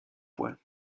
points